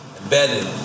embedded